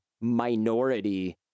minority